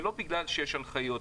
ולא בגלל שיש הנחיות.